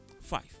five